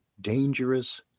dangerous